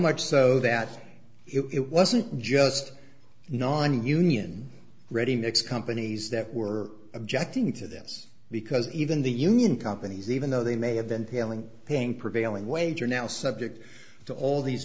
so that it wasn't just nonunion ready mix companies that were objecting to this because even the union companies even though they may have been tailing paying prevailing wage are now subject to all these